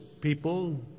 people